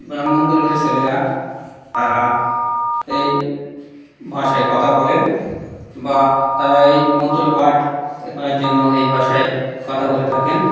ব্রাহ্মণ পরিবারের ছেলেরা তারা এই ভাষায় কথা বলেন বা তারা এই মন্ত্র পাঠ করার জন্য এই ভাষায় কথা বলে থাকেন